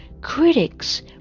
Critics